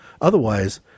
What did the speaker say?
Otherwise